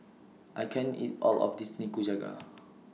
I can't eat All of This Nikujaga